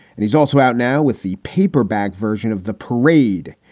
and he's also out now with the paperback version of the parade.